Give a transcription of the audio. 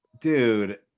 dude